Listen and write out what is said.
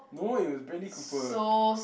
no it was Bradley-Cooper